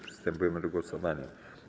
Przystępujemy do głosowania.